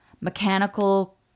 mechanical